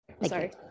Sorry